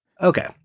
Okay